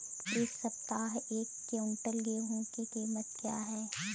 इस सप्ताह एक क्विंटल गेहूँ की कीमत क्या है?